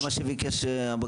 זה מה שביקש הבג"צ.